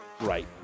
right